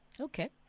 Okay